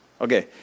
Okay